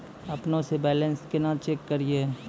अपनों से बैलेंस केना चेक करियै?